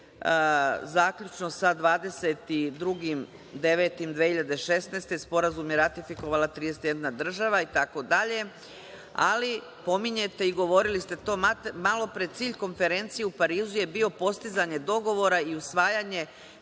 zaključno sa 22. septembrom 2016. godine, sporazum je ratifikovala 31 država, itd, ali pominjete i govorili ste to malopre, cilj Konferencije u Parizu je bio postizanje dogovora i usvajanje